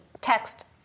Text